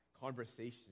conversations